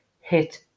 hit